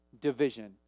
division